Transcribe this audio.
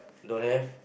don't have